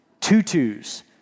tutus